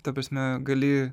ta prasme gali